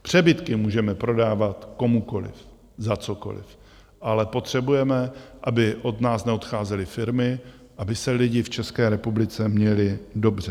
Přebytky můžeme prodávat komukoliv za cokoliv, ale potřebujeme, aby od nás neodcházely firmy, aby se lidé v České republice měli dobře.